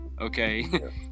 Okay